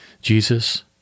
Jesus